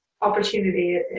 opportunity